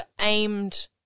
aimed